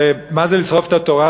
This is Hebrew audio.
ומה זה לשרוף את התורה?